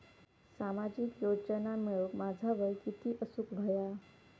सामाजिक योजना मिळवूक माझा वय किती असूक व्हया?